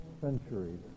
centuries